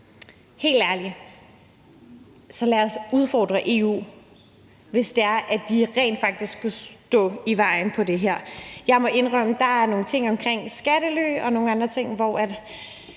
helt ærligt: Lad os udfordre EU, hvis det er, at de rent faktisk skulle stå i vejen for det her. Jeg må indrømme, at der er nogle ting omkring skattely og nogle andre ting, hvor